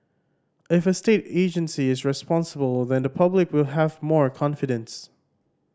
if a state agency is responsible then the public will have more confidence